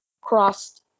crossed